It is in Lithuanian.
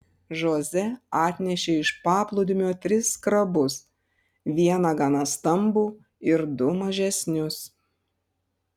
žoze atnešė iš paplūdimio tris krabus vieną gana stambų ir du mažesnius